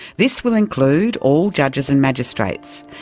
this will include all judges and magistrates.